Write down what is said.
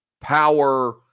power